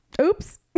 Oops